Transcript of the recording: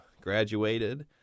Graduated